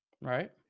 Right